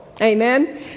Amen